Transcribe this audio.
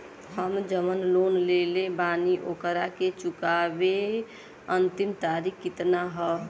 हम जवन लोन लेले बानी ओकरा के चुकावे अंतिम तारीख कितना हैं?